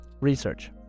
Research